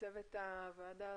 לצוות הוועדה,